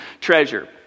treasure